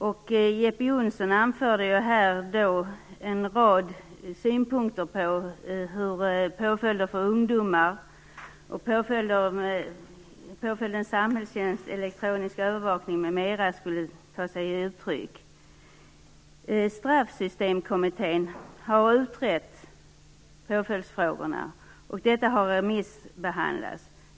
Jeppe Johnsson anförde en rad synpunkter på vilket uttryck påföljder för ungdomar, samhällstjänst, elektronisk övervakning, m.m., skulle ta sig. Straffsystemkommittén har utrett påföljdsfrågorna, och detta har remissbehandlats.